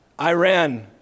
Iran